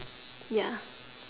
ya